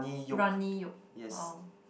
runny yolk oh